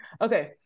Okay